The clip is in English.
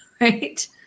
Right